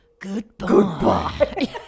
Goodbye